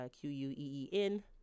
q-u-e-e-n